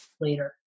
later